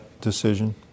decision